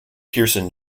pearson